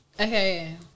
Okay